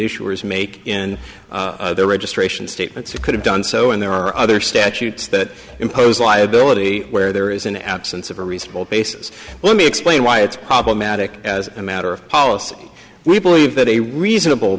issuers make in their registration statements you could have done so and there are other statutes that impose liability where there is an absence of a reasonable basis let me explain why it's problematic as a matter of policy we believe that a reasonable